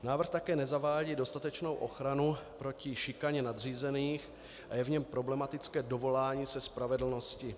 Návrh také nezavádí dostatečnou ochranu proti šikaně nadřízených a je v něm problematické dovolání se spravedlnosti.